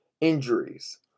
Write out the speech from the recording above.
injuries